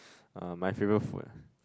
uh my favourite food ah